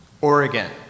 Oregon